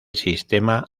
sistema